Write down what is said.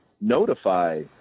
notify